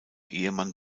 ehemann